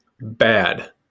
bad